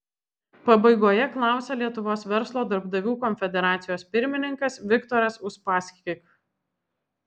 pabaigoje klausė lietuvos verslo darbdavių konfederacijos pirmininkas viktoras uspaskich